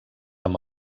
amb